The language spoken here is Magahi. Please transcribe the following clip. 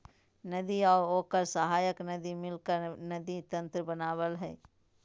नदी और ओकर सहायक नदी मिलकर नदी तंत्र बनावय हइ